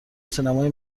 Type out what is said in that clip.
سینمای